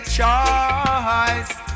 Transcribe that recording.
Choice